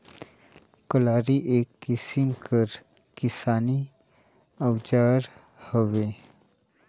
कलारी एक किसिम कर किसानी अउजार हवे